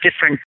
different